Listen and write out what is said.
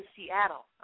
Seattle